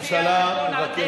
האם זה יהיה על חשבון הדלק?